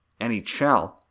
NHL